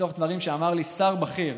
מתוך דברים שאמר לי שר בכיר